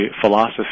philosophy